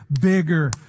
bigger